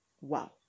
Wow